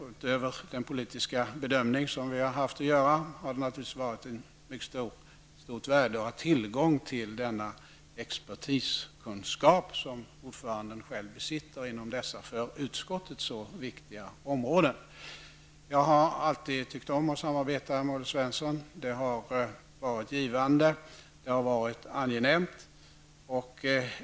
Utöver den politiska bedömning som vi har haft att göra har det naturligtvis varit av mycket stort värde att ha tillgång till denna expertiskunskap som ordföranden själv besitter inom dessa för utskottet så viktiga områden. Jag har alltid tyckt om att samarbeta med Olle Svensson. Det har varit givande och angenämnt.